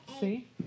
See